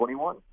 21